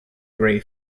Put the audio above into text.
grey